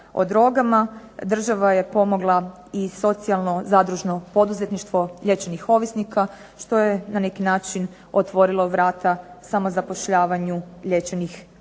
o drogama, država je pomogla i socijalno zadružno poduzetništvo liječenih ovisnika, što je na neki način otvorilo vrata samo zapošljavanju liječenih ovisnika,